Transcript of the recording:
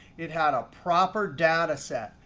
it had a proper data set.